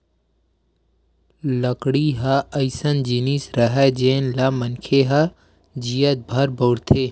लकड़ी ह अइसन जिनिस हरय जेन ल मनखे ह जियत भर बउरथे